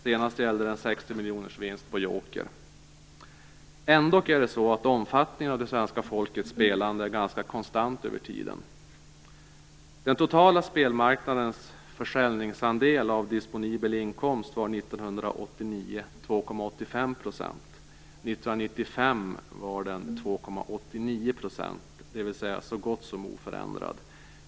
Senast gällde det en 60-miljonersvinst på joker. Ändock är det så att omfattningen av svenska folkets spelande är ganska konstant över tiden. Den totala spelmarknadens försäljningsandel av disponibel inkomst var 2,85 % år 1989. Den var 2,89 % år 1995, dvs. så gott som oförändrad.